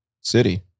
city